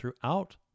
throughout